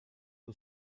who